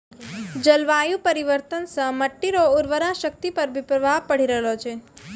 जलवायु परिवर्तन से मट्टी रो उर्वरा शक्ति पर भी प्रभाव पड़ी रहलो छै